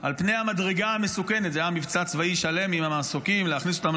על פני המדרגה המסוכנת" זה היה מבצע צבאי שלם עם המסוקים להכניס אותם